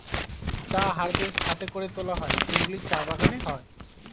চা হারভেস্ট হাতে করে তোলা হয় যেগুলো চা বাগানে হয়